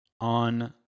on